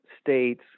states